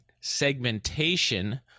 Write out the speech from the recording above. segmentation